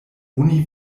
oni